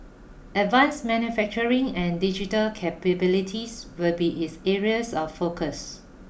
advanced manufacturing and digital capabilities will be its areas of focus